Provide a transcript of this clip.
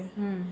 mm